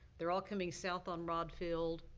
they're all coming south on rodd field,